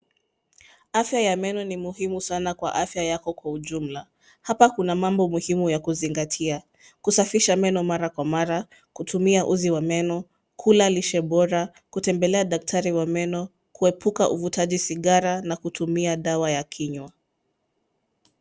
Afya ya meno ni muhimu sana kwa afya yako kwa ujumla. Hapa kuna mambo muhimu ya kuzingatia; kusafisha meno mara kwa mara, kutumia uzi wa meno, kula lishe bora, kutembelea daktari wa meno, kuepuka uvutaji sigara na kutumia dawa ya kinywa.